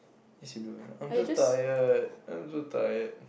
yes you do eh I'm just tired I'm so tired